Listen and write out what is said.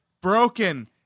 broken